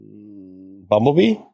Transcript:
Bumblebee